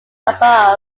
above